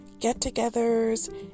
get-togethers